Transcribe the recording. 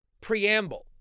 preamble